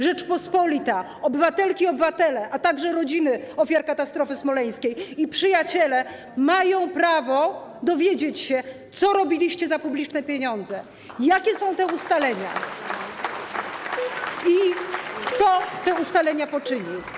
Rzeczpospolita, obywatelki i obywatele, a także rodziny ofiar katastrofy smoleńskiej i przyjaciele mają prawo dowiedzieć się, co robiliście za publiczne pieniądze, jakie są ustalenia i kto te ustalenia poczynił.